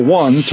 one